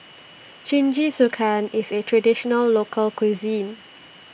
Jingisukan IS A Traditional Local Cuisine